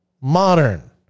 Modern